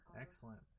Excellent